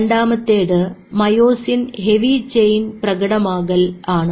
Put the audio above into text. രണ്ടാമത്തേത് myosin heavy chain പ്രകടമാക്കൽ ആണ്